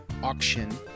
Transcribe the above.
auction